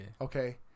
Okay